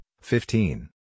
fifteen